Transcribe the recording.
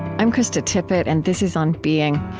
i'm krista tippett, and this is on being.